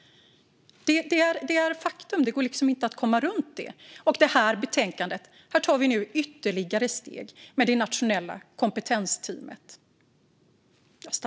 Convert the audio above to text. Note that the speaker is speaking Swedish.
Det är ett faktum som inte går att komma runt. I detta betänkande tar vi nu ytterligare steg med det nationella kompetensteamet.